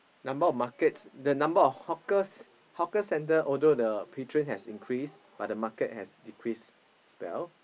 number of markets the number of hawkers hawker center although the patron has increased but the market has decreased as well